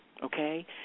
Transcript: Okay